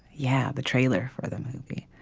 yeah, the trailer for the movie,